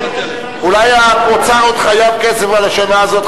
אולי האוצר עוד חייב כסף על השנה הזאת,